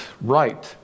right